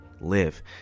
live